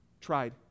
tried